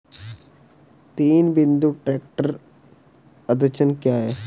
तीन बिंदु ट्रैक्टर अड़चन क्या है?